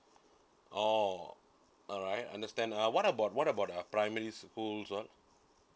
oh alright understand uh what about what about uh primary school one